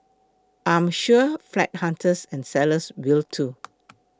I am sure flat hunters and sellers will too